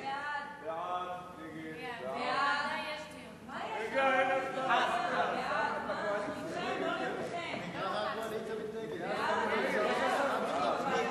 ההצעה להעביר את הנושא לוועדת הפנים והגנת הסביבה נתקבלה.